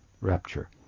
rapture